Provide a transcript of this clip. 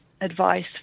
advice